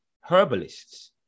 herbalists